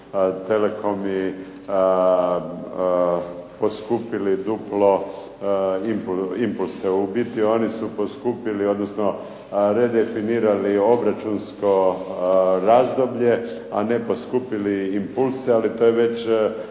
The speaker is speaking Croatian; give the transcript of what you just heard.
telekomi poskupili duplo impulse. U biti oni su poskupili odnosno redefinirali obračunsko razdoblje, a ne poskupili impulse ali to je već